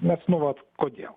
nes nu vat kodėl